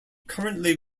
currently